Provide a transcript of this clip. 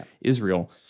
israel